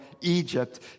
Egypt